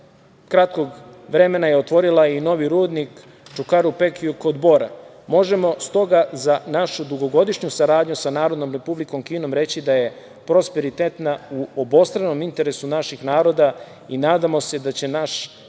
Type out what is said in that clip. kratkog vremena je otvorila i novi rudnik Čukaru Peki kod Bora. Možemo stoga za našu dugogodišnju saradnju sa Republikom Kinom reći da je prosperitetna u obostranom interesu naših naroda i nadamo se da će naš